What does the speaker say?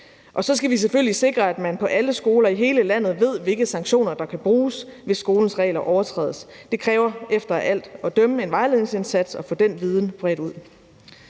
Og så skal vi selvfølgelig sikre, at man på alle skoler i hele landet ved, hvilke sanktioner der kan bruges, hvis skolens regler overtrædes. Det kræver efter alt at dømme en vejledningsindsats at få den viden bredt ud.